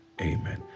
Amen